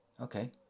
Okay